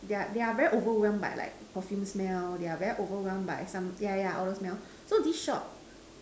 they are they are very overwhelmed by like perfume smell they are very overwhelm by some yeah yeah all those smell so these shop